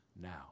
now